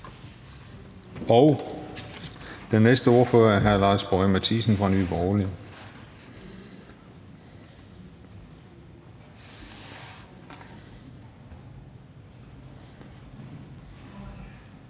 Den næste på listen er hr. Lars Boje Mathiesen fra Nye Borgerlige.